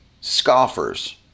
scoffers